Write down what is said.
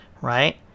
Right